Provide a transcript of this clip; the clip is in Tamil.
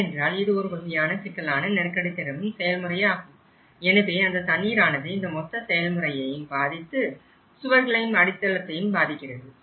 ஏனென்றால் இது ஒருவகையான சிக்கலான நெருக்கடிதரும் செயல்முறை ஆகும் எனவே அந்த தண்ணீரானது இந்த மொத்த செயல்முறையையும் பாதித்து சுவர்களையும் அடித்தளத்தையும் பாதிக்கிறது